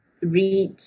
read